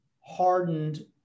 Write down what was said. hardened